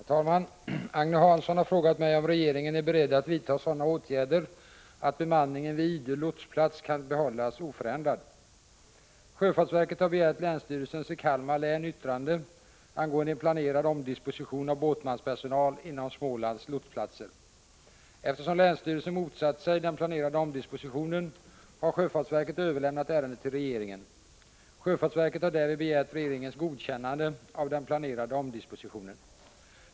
Herr talman! Agne Hansson har frågat mig om regeringen är beredd att vidta sådana åtgärder att bemanningen vid Idö lotsplats kan behållas oförändrad. Eftersom länsstyrelsen motsatt sig den planerade omdispositionen har sjöfartsverket överlämnat ärendet till regeringen. Sjöfartsverket har därvid begärt regeringens godkännande av den planerade 'omdispositionen.